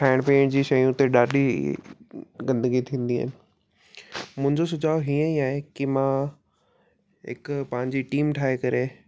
खाइणु पीअण जी शयुनि ते ॾाढी गंदिगी थींदी आहिनि मुंहिंजो सुझाव हीअं ई आहे की मां हिकु पंहिंजी टीम ठाहे करे